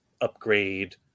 upgrade